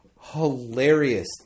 hilarious